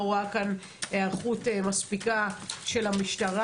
לא רואה כאן היערכות מספיקה של המשטרה.